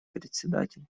председатель